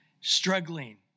struggling